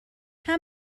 how